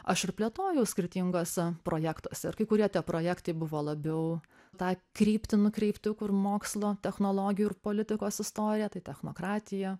aš ir plėtojau skirtinguose projektuose ir kai kurie tie projektai buvo labiau tą kryptį nukreipti kur mokslo technologijų ir politikos istorija tai technokratija